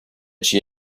she